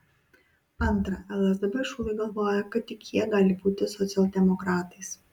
antra lsdp šulai galvoja kad tik jie gali būti socialdemokratais